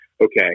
okay